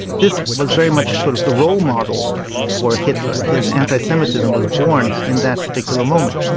this was very much sort of the role model for hitler, and his anti-semitism was born in that particular moment.